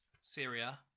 Syria